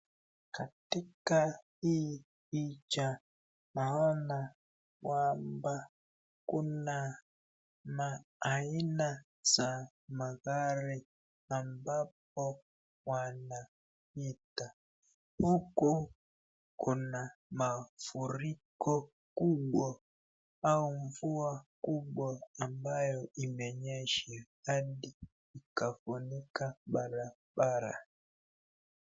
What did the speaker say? Katika hii picha naona kwamba kuna maaina za magari ambapo wanapita ,huku kuna mafuriko kubwa au mvua kubwa ambayo imenyesha hadi ikafunika barabara.